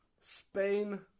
Spain